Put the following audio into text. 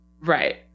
Right